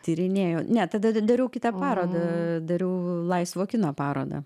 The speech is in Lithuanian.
tyrinėjau ne tada dariau kitą parodą dariau laisvo kino parodą